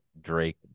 Drake